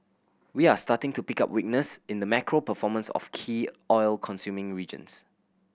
we are starting to pick up weakness in the macro performance of key oil consuming regions